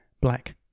Black